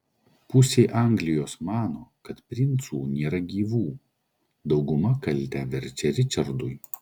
pusė anglijos mano kad princų nėra gyvų dauguma kaltę verčia ričardui